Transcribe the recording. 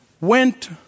went